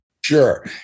Sure